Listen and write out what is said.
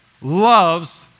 loves